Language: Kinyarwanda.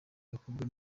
bakobwa